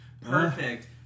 Perfect